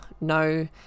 no